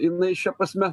jinai šia prasme